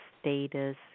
status